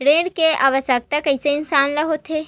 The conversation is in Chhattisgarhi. ऋण के आवश्कता कइसे इंसान ला होथे?